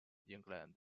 england